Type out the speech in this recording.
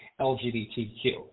lgbtq